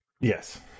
Yes